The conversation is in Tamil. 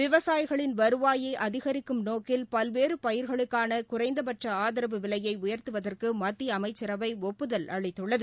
விவசாயிகளின் வருவாயை அதிகரிக்கும் நோக்கில் பல்வேறு பயிர்களுக்கான குறைந்தபட்ச ஆதரவு விலையை உயர்த்துவதற்கு மத்திய அமைச்சரவை ஒப்புதல் அளித்துள்ளது